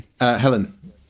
Helen